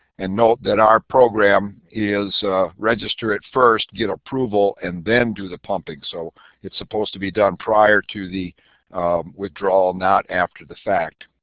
and note that our program is register it first, get approval, and then do the pumping. so it's supposed to be done prior to the withdrawal, not after the fact.